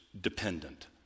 dependent